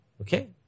okay